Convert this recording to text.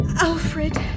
Alfred